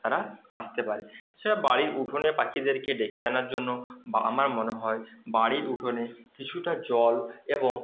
তারা আসতে পারে সেটা বাড়ির উঠোনে পাখিদেরকে ডেকে আনার জন্য বা আমার মনে হয় বাড়ির উঠোনে কিছুটা জল এবং